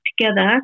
together